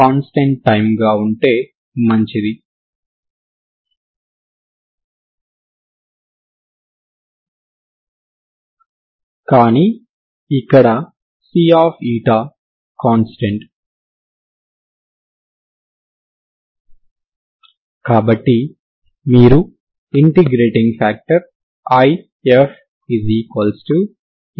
సరిహద్దు షరతును వర్తింపజేయడం ద్వారా మీరు c2 విలువను నిర్ణయించవచ్చు సరేనా